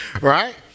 Right